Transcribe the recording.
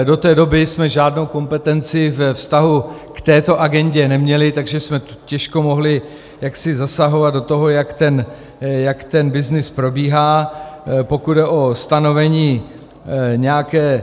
Do té doby jsme žádnou kompetenci ve vztahu k této agendě neměli, takže jsme těžko mohli jaksi zasahovat do toho, jak ten byznys probíhá, pokud jde o stanovení nějaké...